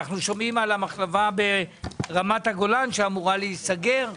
אנחנו שומעים על המחלבה ברמת הגולן שאמורה להיסגר.